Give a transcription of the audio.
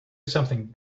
something